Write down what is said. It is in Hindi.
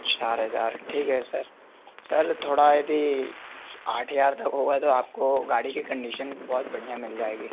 चार हज़ार ठीक है सर सर थोड़ा यदि आठ हज़ार तक होगा तो आपको गाड़ी की कंडीशन बहुत बढ़िया मिल जाएगी